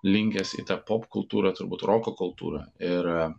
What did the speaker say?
linkęs į tą popkultūrą turbūt roko kultūrą ir